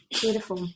Beautiful